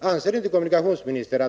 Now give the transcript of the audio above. Anser inte kommunikationsministern